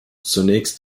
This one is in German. zunächst